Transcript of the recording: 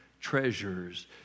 treasures